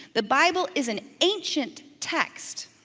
the bible is an ancient text.